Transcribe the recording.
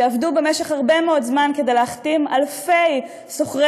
שעבדו במשך הרבה מאוד זמן כדי להחתים אלפי שוכרי